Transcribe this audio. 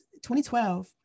2012